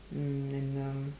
mm and um